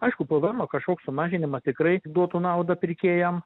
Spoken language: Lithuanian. aišku pėvėemo kažkoks sumažinimas tikrai duotų naudą pirkėjam